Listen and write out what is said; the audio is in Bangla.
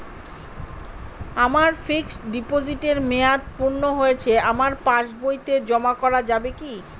আমার ফিক্সট ডিপোজিটের মেয়াদ পূর্ণ হয়েছে আমার পাস বইতে জমা করা যাবে কি?